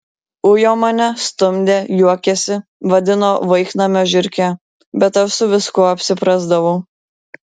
ujo mane stumdė juokėsi vadino vaiknamio žiurke bet aš su viskuo apsiprasdavau